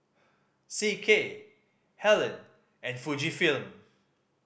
C K Helen and Fujifilm